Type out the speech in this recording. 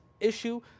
issue